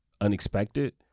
unexpected